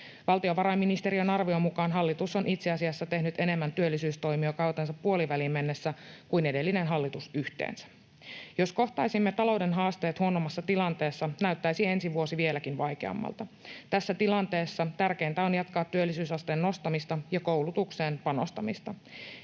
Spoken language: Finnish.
Valtiovarainministeriön arvion mukaan hallitus on itse asiassa tehnyt kautensa puoliväliin mennessä enemmän työllisyystoimia kuin edellinen hallitus yhteensä. Jos kohtaisimme talouden haasteet huonommassa tilanteessa, näyttäisi ensi vuosi vieläkin vaikeammalta. Tässä tilanteessa tärkeintä on jatkaa työllisyysasteen nostamista ja koulutukseen panostamista.